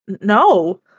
No